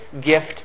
gift